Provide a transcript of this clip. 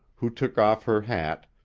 who took off her hat,